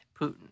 Putin